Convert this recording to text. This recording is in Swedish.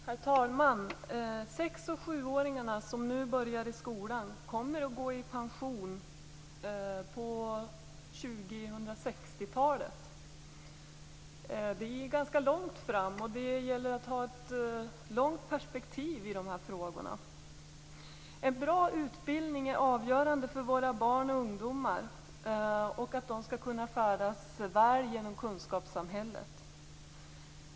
Herr talman! Sex och sjuåringarna som nu har börjat i skolan kommer att gå i pension på 2060-talet. Det är ganska långt fram och det gäller att ha ett långt perspektiv i de här frågorna. En bra utbildning är avgörande för att våra barn och ungdomar skall kunna färdas väl genom kunskapssamhället.